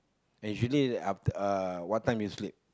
and usually after uh what time you sleep